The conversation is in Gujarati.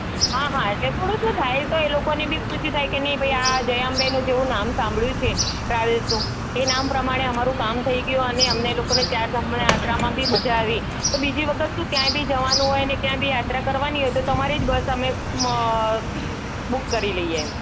હા હા એટલે થોડું શું થાય એ લોકોને બી ખુશી થાય કે ભાઈ આ જય અંબેનું જેવું નામ સાંભળ્યું છે ટ્રાવેલ્સનું એ નામ પ્રમાણે અમારું કામ થઈ ગયું એનું અમને લોકોને ચાર ધામની યાત્રામાં બી મજા આવી તો બીજી વખત શું ક્યાંય બી જવાનું હોય યાત્રા કરવાની હોય અમે તમારી જ બસ અમે બૂક કરી લઈએ એમ